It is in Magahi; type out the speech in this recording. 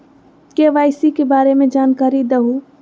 के.वाई.सी के बारे में जानकारी दहु?